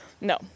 No